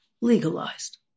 legalized